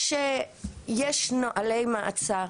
יש נוהלי מעצר.